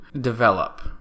develop